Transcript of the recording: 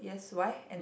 yes why and